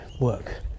Work